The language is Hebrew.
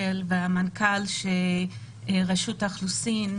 למנכ"ל של רשות האוכלוסין,